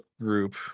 group